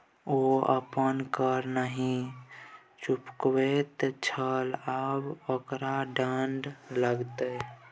ओ अपन कर नहि चुकाबैत छल आब ओकरा दण्ड लागतै